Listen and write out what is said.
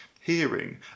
hearing